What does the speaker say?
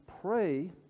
pray